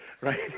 right